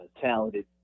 talented